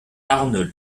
arnold